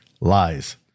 lies